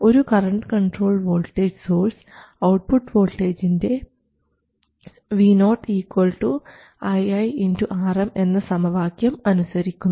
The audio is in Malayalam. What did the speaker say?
ഒരു current controlled voltage source output വോൾട്ടേജിൻറെ Vo ii Rm എന്ന സമവാക്യം അനുസരിക്കുന്നു